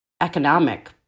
economic